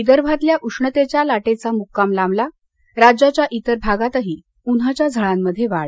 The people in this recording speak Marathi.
विदर्भातल्या उष्णतेच्या लाटेचा मुक्काम लांबला राज्याच्या इतर भागातही उन्हाच्या झळांमध्ये वाढ